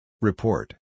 Report